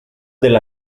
del